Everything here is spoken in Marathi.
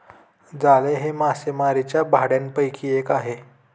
जाळे हे मासेमारीच्या भांडयापैकी एक आहे